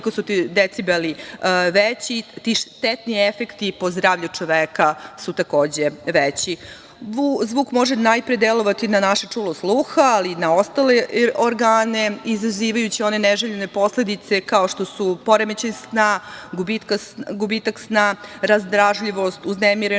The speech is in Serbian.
su ti decibeli veći, ti štetni efekti po zdravlje čoveka su takođe veći. Zvuk može najpre delovati na naše čulo sluha, ali i na ostale organe izazivajući one neželjene posledice kao što su poremećaj sna, gubitak sna, razdražljivost, uznemirenost,